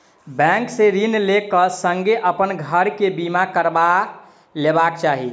bank से ऋण लै क संगै अपन घर के बीमा करबा लेबाक चाही